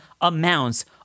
amounts